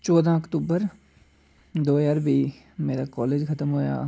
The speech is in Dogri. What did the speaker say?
चौदां अक्टूबर दो ज्हार बीह् मेरा कालेज़ खत्म होएआ